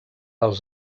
els